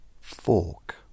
Fork